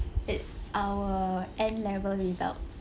it's our N level results